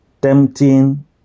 tempting